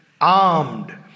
armed